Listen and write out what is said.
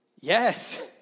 Yes